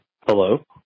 hello